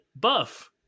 Buff